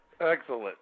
excellent